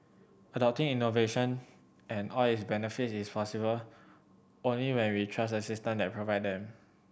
adopting innovation and all its benefits is possible only when we trust the system that provide them